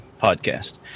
podcast